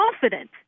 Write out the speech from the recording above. confident